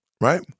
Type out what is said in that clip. right